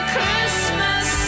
Christmas